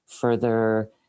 further